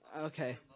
Okay